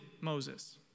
Moses